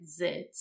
zits